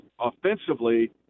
offensively